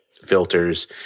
filters